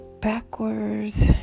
Backwards